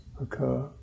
occur